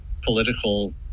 political